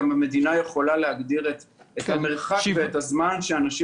המדינה גם יכולה להגדיר את המרחק ואת הזמן שבהם אנשים